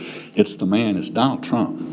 it's the man, it's donald trump.